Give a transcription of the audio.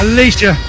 Alicia